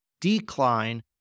decline